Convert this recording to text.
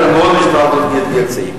נעמט גארנישט אבער האלט דאס גוט גוט.